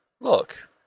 Look